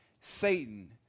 Satan